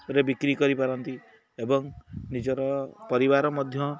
ରେ ବିକ୍ରି କରିପାରନ୍ତି ଏବଂ ନିଜର ପରିବାର ମଧ୍ୟ